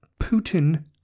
Putin